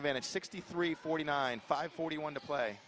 advantage sixty three forty nine five forty one to play